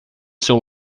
seu